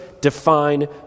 define